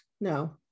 no